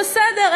בסדר,